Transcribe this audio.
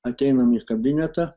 ateinam į kabinetą